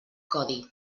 codi